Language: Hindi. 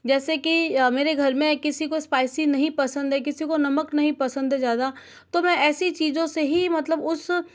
जैसे कि मेरे घर में किसी को स्पाइसी नहीं पसंद है किसी को नमक नहीं पसंद ज़्यादा तो मैं ऐसी चीज़ों से ही मतलब उस